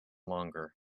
longer